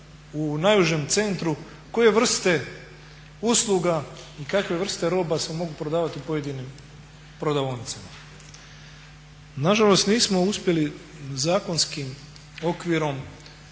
u najužem centru koje vrste usluga i kakve vrste roba su mogli prodavati u pojedinim prodavaonicama. Nažalost, nismo uspeli zakonskim okvirom